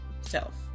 self